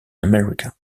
america